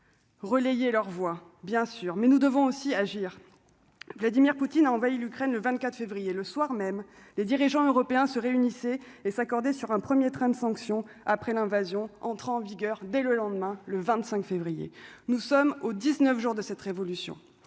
relayé leur voix, bien sûr, mais nous devons aussi agir, Vladimir Poutine a envahi l'Ukraine le 24 février le soir même, les dirigeants européens se réunissaient et s'accorder sur un 1er train de sanctions après l'invasion, entre en vigueur dès le lendemain, le 25 février nous sommes au 19 jours de cette révolution,